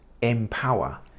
empower